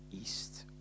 east